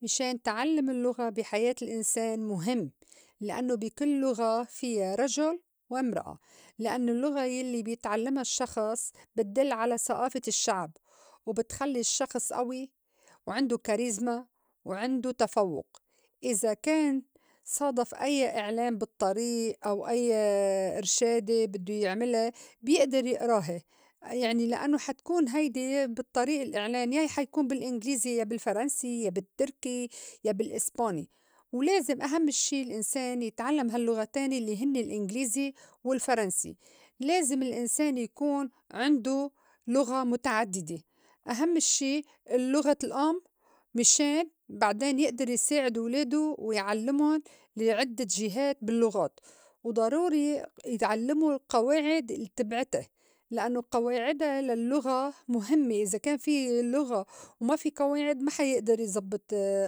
مِشان تعلُّم اللُّغة بي حياة الإنسان مُهِم. لإنّو بي كل لُغة فيّا رجُل وامرأة لإنّو اللّغة يلّي بيتعلّما الشّخص بتدل على ثقافة الشّعب وبتخلّي الشّخص أوي وعندو كاريزما وعندو تفوّق. إذا كان صادَف أيّا إعلان بالطّريق أو أيّا إرشادي بدّو يعملا بيئدر يئراها يعني لإنّو حا تكون هيدي بالطّريق الإعلان يا حا يكون بالإنجليزي، يا بالفرنسي، يا بالتّركي، يا بالإسباني. ولازم أهمّ اشّي الإنسان يتعلّم هاللغتين الّي هنّي الإنجليزي والفرنسي. لازم الإنسان يكون عندو لُغة مُتعدّدة أهم شي الّلُغة الأم مشان بعدين يئدر يساعد ولاده ويعلّمُن لِعدّة جهات باللُّغات. وضروري يتعلّمو القواعد التبعِتا، لإنّو قواعِدا للّغة مُهمّة إذا كان في لغة وما في قواعِد ما حيئدر يزبّط